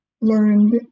learned